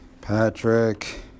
Patrick